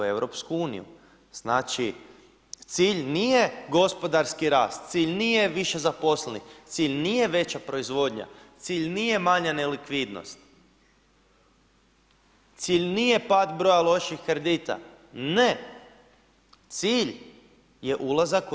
Znači cilj nije gospodarski rast, cilj nije više zaposlenih, cilj nije veća proizvodnja, cilj nije manja nelikvidnost, cilj nije pad broja loših kredita, ne, cilj je ulazak u EU.